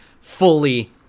fully